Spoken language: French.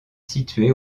située